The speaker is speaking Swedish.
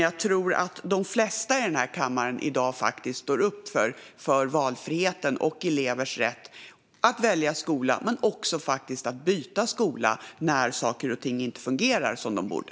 Jag tror att de flesta i den här kammaren i dag står upp för valfriheten och elevers rätt att välja skola men också faktiskt att byta skola när saker och ting inte fungerar som de borde.